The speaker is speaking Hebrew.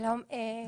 שלום,